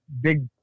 big